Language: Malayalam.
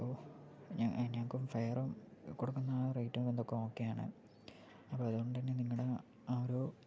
അപ്പോൾ ഞങ്ങൾക്ക് ഫെയറും കൊടുക്കുന്ന ആ റേറ്റും ഇതൊക്കെ ഓക്കെയാണ് അപ്പോൾ അതുകൊണ്ട് തന്നെ നിങ്ങളുടെ ആ ഒരു